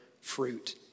fruit